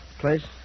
Place